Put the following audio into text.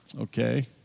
okay